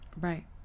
Right